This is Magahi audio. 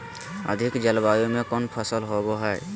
अधिक जलवायु में कौन फसल होबो है?